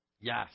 Yes